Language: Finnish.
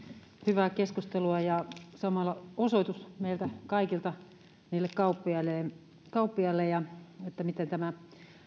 hyvää keskustelua ja samalla osoitus meiltä kaikilta niille kauppiaille miten nämä